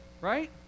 Right